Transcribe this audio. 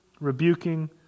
rebuking